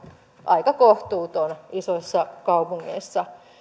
aika kohtuuttomia isoissa kaupungeissa